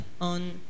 on